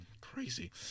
crazy